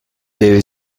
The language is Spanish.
debe